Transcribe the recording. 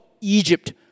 Egypt